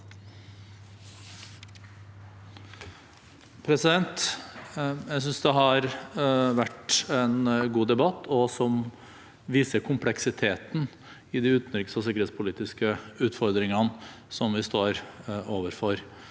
Jeg sy- nes det har vært en god debatt, som viser kompleksiteten i de utenriks- og sikkerhetspolitiske utfordringene som vi står overfor.